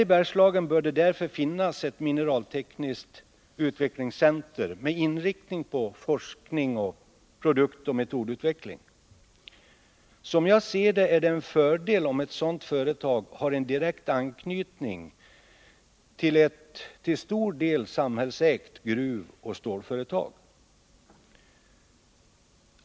I Bergslagen bör det därför finnas ett mineraltekniskt utvecklingscentrum med inriktning på forskning samt produktoch metodutveckling. Som jag ser det är det en fördel om ett sådant företag har en direkt anknytning till ett till stor del samhällsägt gruvoch stålföretag.